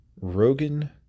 Rogan